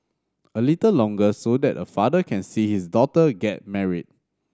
a little longer so that a father can see his daughter get married